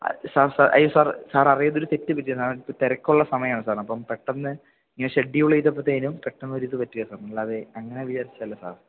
sir sir അയ്യോ sir sir അറിയാതെയൊരു തെറ്റ് പറ്റിയതാണ് കാരണം തിരക്കുള്ള സമയമായിരുന്നു സാർ അപ്പം പെട്ടെന്ന് ഇങ്ങനെ ഷെഡ്യൂള് ചെയ്തപ്പോഴത്തേനും പെട്ടന്നൊരിത് പറ്റിയതാണ് അല്ലാതെ അങ്ങനെ വിചാരിച്ചിട്ടല്ല സാർ